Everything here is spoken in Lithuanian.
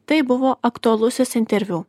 tai buvo aktualusis interviu